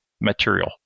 material